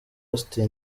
austin